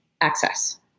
access